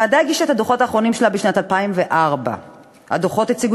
הוועדה הגישה את הדוחות האחרונים שלה בשנת 2004. הדוחות הציגו